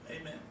Amen